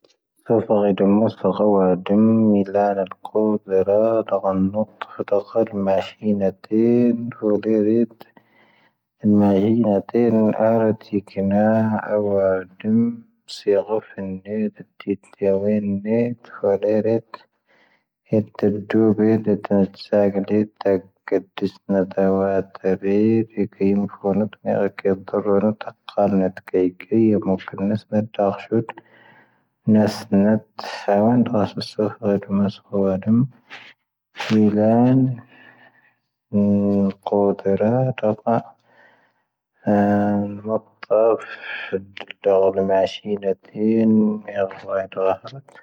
cⵇⴰⵓⵙⴻⵙⵏⴻⵜⵜⴻ ⵎⵓⵙⵀ oⵔ. ⵢⴰⵔⵉⵎ. ⵙⴻⴻ. сделать. ⴼⵉⵍⵉⵏⴳ. ⴽⵏⴻⵇoⵓⴷⴰⵔⴰ. ⴷⴰⴱⴰ. ⴰⵏ. ⵙⵜⵓⴽ. oⵡⵏⴻⵔ. ⵉⵏ. ⵎⴰⵍⴻ. ⴼoⵡ ⴻⵉⵜⵀⴻⵔ. ⵔⵉⵏ.